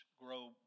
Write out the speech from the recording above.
Grow